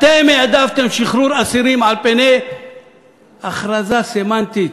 אתם העדפתם שחרור אסירים על פני הכרזה סמנטית